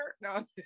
No